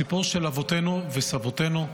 סיפור של אבותינו וסבותינו,